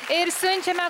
ir siunčiame